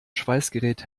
schweißgerät